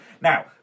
Now